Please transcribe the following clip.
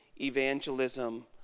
evangelism